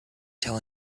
tell